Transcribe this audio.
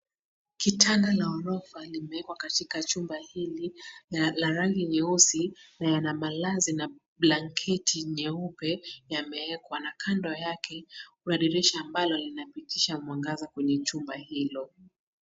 Kitanda la ghorofa limewekwa katika chumba hili la rangi nyeusi na yana malazi na blanketi nyeupe yamewekwa na kando yake kuna dirisha ambalo linapitisha mwangaza kwenye chumba hilo.